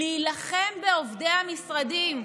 להילחם בעובדי המשרדים.